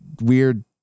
weird